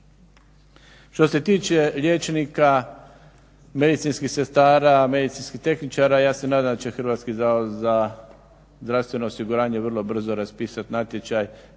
Što se tiče liječnika, medicinskih sestara, medicinskih tehničara, ja se nadam da će Hrvatski zavod za zdravstveno osiguranje vrlo brzo raspisat natječaj